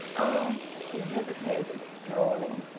oh! he hesitated, drawling,